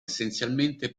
essenzialmente